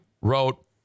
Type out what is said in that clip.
wrote